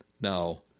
Now